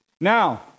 Now